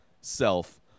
self